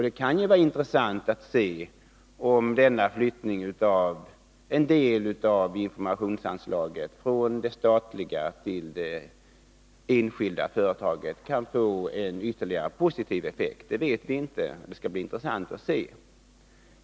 Det kan ju vara intressant att se om denna flyttning av en del av informationsanslaget från det statliga till det enskilda företaget kan få en ytterligare positiv effekt. Det vet vi inte, men det skall som sagt bli intressant att se.